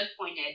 pointed